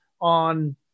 on